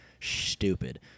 stupid